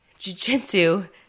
jujitsu